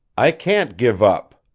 i can't give up,